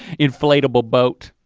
inflatable boat.